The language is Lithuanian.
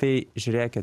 tai žiūrėkit